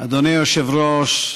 אדוני היושב-ראש,